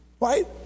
right